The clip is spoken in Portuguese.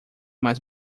mais